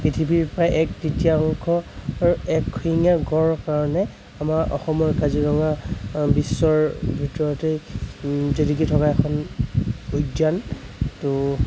পৃথিৱীৰ প্ৰায় এক তৃতীয়াংশ এশিঙীয়া গঁড়ৰ কাৰণে আমাৰ অসমৰ কাজিৰঙা বিশ্বৰ ভিতৰতেই জিলিকি থকা এখন উদ্যান ত'